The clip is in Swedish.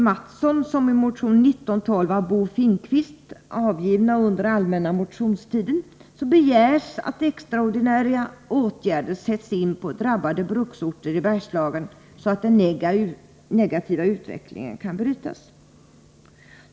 Mathsson som motion 1912 av Bo Finnkvist, avgivna under allmänna motionstiden, begärs att extraordinära åtgärder sätts in på drabbade bruksorter i Bergslagen, så att den negativa utvecklingen kan brytas.